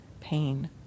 pain